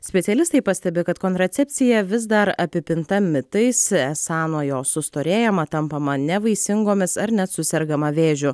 specialistai pastebi kad kontracepcija vis dar apipinta mitais esą nuo jo sustorėjama tampama nevaisingomis ar net susergama vėžiu